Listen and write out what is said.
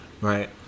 Right